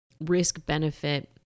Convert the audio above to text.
risk-benefit